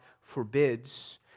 forbids